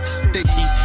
sticky